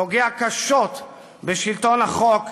פוגע קשות בשלטון החוק,